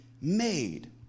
made